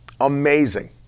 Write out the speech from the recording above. Amazing